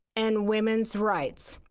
and women's rights.